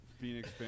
Phoenix